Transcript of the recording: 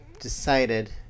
decided